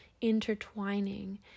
intertwining